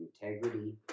integrity